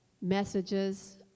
messages